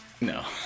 No